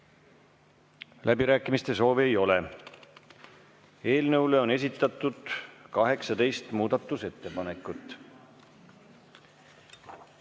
Läbirääkimiste soovi ei ole. Eelnõu kohta on esitatud 18 muudatusettepanekut.